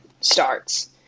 starts